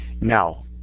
Now